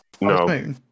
No